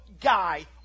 guy